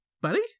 Buddy